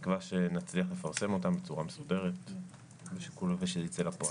בתקווה שנצליח לפרסם אותן בצורה מסודרת ושזה ייצא לפועל.